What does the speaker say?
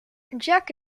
jack